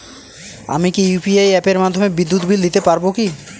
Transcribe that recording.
আমি কি ইউ.পি.আই অ্যাপের মাধ্যমে বিদ্যুৎ বিল দিতে পারবো কি?